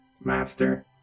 master